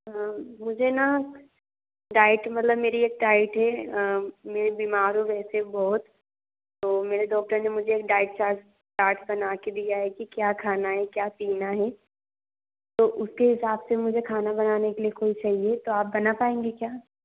मुझे ना डाइट मतलब मेरी एक डाइट है मैं बीमार हो गई थी बहुत तो मेरे डॉक्टर ने मुझे एक डाइट चार्ट चार्ट बनाके दिया है कि क्या खाना है क्या पीना है तो उसके हिसाब से मुझे खाना बनाने के लिए कोई चाहिए तो आप बना पाएंगी क्या